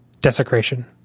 Desecration